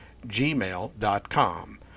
Gmail.com